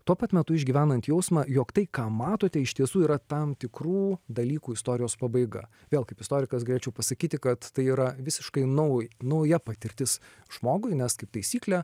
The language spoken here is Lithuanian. tuo pat metu išgyvenant jausmą jog tai ką matote iš tiesų yra tam tikrų dalykų istorijos pabaiga vėl kaip istorikas galėčiau pasakyti kad tai yra visiškai nauj nauja patirtis žmogui nes kaip taisyklė